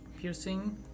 piercing